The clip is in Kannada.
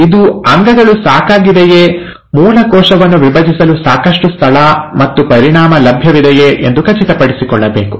ಇದು ಅಂಗಗಳು ಸಾಕಾಗಿದೆಯೆ ಮೂಲ ಕೋಶವನ್ನು ವಿಭಜಿಸಲು ಸಾಕಷ್ಟು ಸ್ಥಳ ಮತ್ತು ಪರಿಮಾಣ ಲಭ್ಯವಿದೆಯೆ ಎಂದು ಖಚಿತಪಡಿಸಿಕೊಳ್ಳಬೇಕು